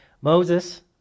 Moses